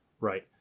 Right